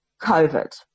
COVID